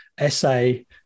essay